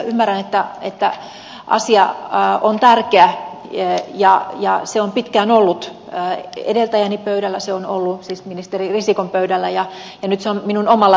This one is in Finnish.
ymmärrän että asia on tärkeä ja se on pitkään ollut edeltäjäni pöydällä se on ollut siis ministeri risikon pöydällä ja nyt se on minun omalla pöydälläni